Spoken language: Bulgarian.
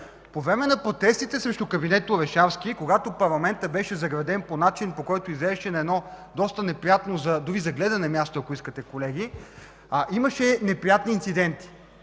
По време на протестите срещу кабинета Орешарски, когато парламентът беше заграден по начин, по който изглеждаше доста неприятно дори за гледане място, ако искате, колеги, имаше неприятни инциденти,